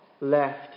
left